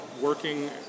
working